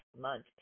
month